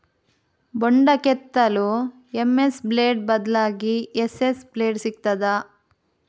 ಬೊಂಡ ಕೆತ್ತಲು MS blade ಬದ್ಲಾಗಿ ಎಸ್.ಎಸ್ ಬ್ಲೇಡ್ ಸಿಕ್ತಾದ?